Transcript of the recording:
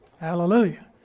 Hallelujah